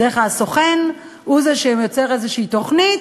בדרך כלל הסוכן הוא זה שיוצר איזו תוכנית.